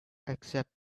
accept